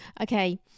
okay